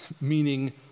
meaning